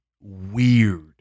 weird